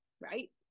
right